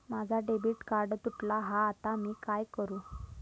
माझा debit card तुटला हा आता मी काय करू?